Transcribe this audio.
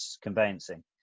conveyancing